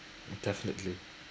definitely